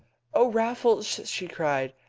oh, raffles! she cried,